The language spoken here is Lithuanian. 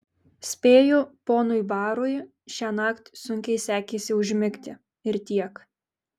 spėju ponui barui šiąnakt sunkiai sekėsi užmigti ir tiek